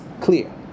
clear